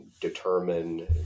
determine